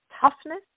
toughness